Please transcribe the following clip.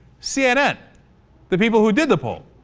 c n n the people who did the pool